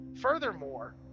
furthermore